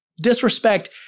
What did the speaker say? Disrespect